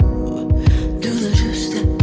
do the two step